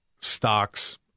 stocks